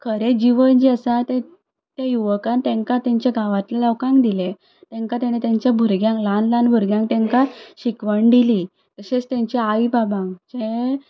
खरें जिवन जें आसा त्या युवकान तेंकां तेंच्या गांवांतले लोकांक दिलें तेंकां तेणेन तेंच्या भुरग्यांक ल्हान ल्हान भुरग्यांक तेंकां शिकवण दिली तशेंच तेंचे आई बाबांक